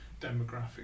demographic